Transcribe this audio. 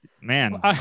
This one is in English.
Man